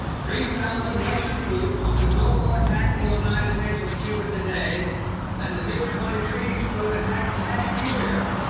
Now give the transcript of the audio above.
three thousand russian troops could no more attack the united states from cuba today than the mig twenty three s could have attacked last year.